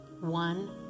one